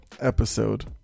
episode